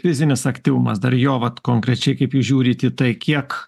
fizinis aktyvumas dar jo vat konkrečiai kaip jūs žiūrit į tai kiek